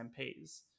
MPs